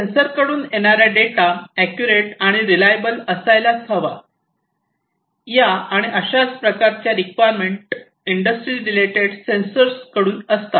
sensor कडून येणारा data accurate आणी रिलायबल असायलाच हवा या आणि अशा प्रकारच्या रिक्वायरमेंट इंडस्ट्री रिलेटेड सेंसर कडून असतात